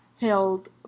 held